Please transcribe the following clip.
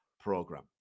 program